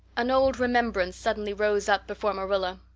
an old remembrance suddenly rose up before marilla.